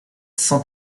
cent